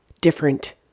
different